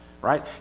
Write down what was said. right